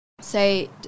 say